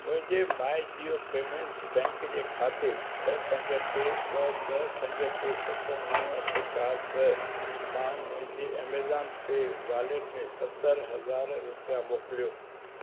मुंहिंजे my Jio payments bank जे खाते छह पंज टे ॿ ॿ पंज टे सत नव अठ चार ॿ मां मुंहिंजे ऐमज़ॉन पे वॉलेट में सतरि हज़ार रुपिया मोकिलियो